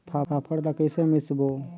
फाफण ला कइसे मिसबो?